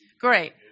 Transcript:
Great